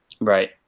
Right